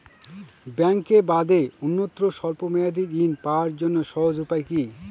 ব্যাঙ্কে বাদে অন্যত্র স্বল্প মেয়াদি ঋণ পাওয়ার জন্য সহজ উপায় কি?